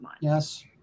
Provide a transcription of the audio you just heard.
Yes